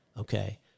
okay